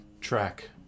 track